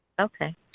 Okay